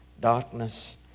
darkness